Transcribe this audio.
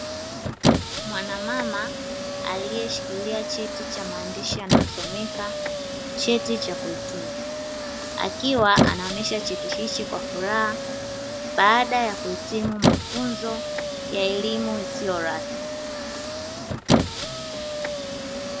Mwanamama aliye shikilia cheti cha maandishi yanayosomeka "Cheti cha kuhitimu", akiwa anaonyesha cheti hichi kwa furaha baada ya kuhitimu mafunzo ya elimu isiyo rasmi.